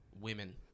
women